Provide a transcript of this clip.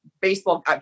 baseball